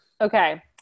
Okay